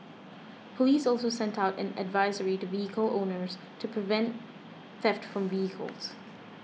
police also sent out an advisory to vehicle owners to prevent theft from vehicles